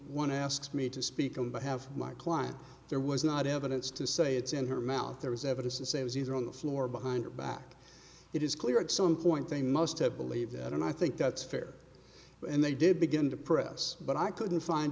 one asks me to speak on behalf of my client there was not evidence to say it's in her mouth there is evidence to say i was either on the floor behind her back it is clear at some point they must have believed that and i think that's fair and they did begin to press but i couldn't find